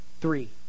Three